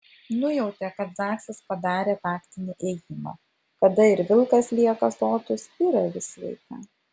nujautė kad zaksas padarė taktinį ėjimą kada ir vilkas lieka sotus ir avis sveika